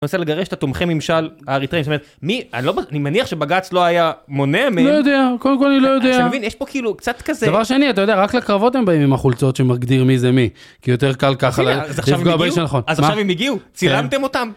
מנסה לגרש את התומכי ממשל האריתראיים, אני מניח שבג"צ לא היה מונע מהם. קודם כל אני לא יודע, דבר שני אתה יודע רק לקרבות הן באים עם החולצות שמגדיר מי זה מי, כי יותר קל ככה, אז עכשיו הם הגעו, צילמתם אותם.